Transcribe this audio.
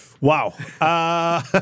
Wow